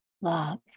love